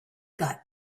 got